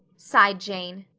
sighed jane.